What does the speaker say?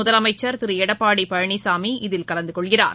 முதலமைச்சர் திரு எடப்பாடி பழனிசாமி இதில் கலந்தகொள்கிறார்